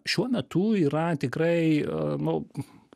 šiuo metu yra tikrai nu